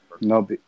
No